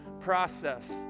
process